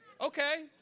Okay